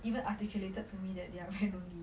even articulated to me that they are very loney